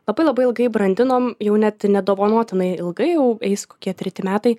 labai labai ilgai brandinom jau net nedovanotinai ilgai jau eis kokie treti metai